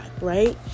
right